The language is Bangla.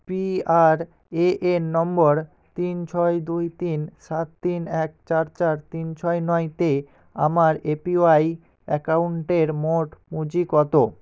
P R A N number তিন ছয় দুই তিন সাত তিন এক চার চার তিন ছয় নয়তে আমার এপিওয়াই অ্যাকাউন্টের মোট পুঁজি কত